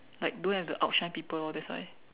like don't have the outshine people all that's why